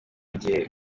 gihe